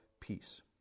peace